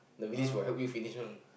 Levis will help you finish one